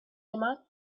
yma